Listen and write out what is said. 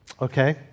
okay